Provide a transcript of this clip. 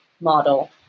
model